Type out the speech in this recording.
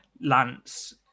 Lance